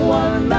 one